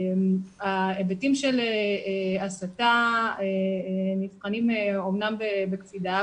ההיבטים של הסתה נבחנים אמנם בקפידה,